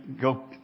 go